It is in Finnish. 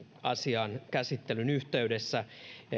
asian käsittelyn yhteydessä